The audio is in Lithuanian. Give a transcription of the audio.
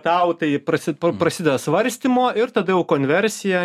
tau tai prasi prasideda svarstymo ir tada jau konversija